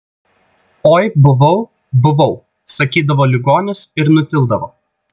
oi buvau buvau sakydavo ligonis ir nutildavo